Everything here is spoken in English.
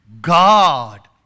God